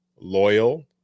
loyal